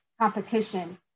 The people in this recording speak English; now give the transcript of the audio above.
competition